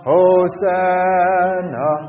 Hosanna